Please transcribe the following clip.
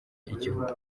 igihugu